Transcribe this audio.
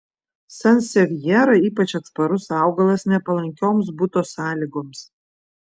sansevjera ypač atsparus augalas nepalankioms buto sąlygoms